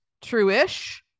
true-ish